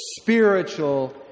spiritual